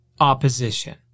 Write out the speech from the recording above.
opposition